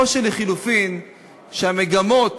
או שלחלופין המגמות